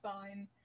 fine